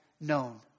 known